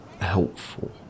helpful